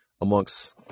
amongst